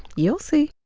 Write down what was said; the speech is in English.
you'll see.